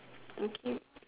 okay